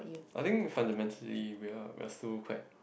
I think fundamentally we are we are still quite